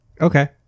Okay